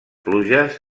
pluges